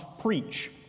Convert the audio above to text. preach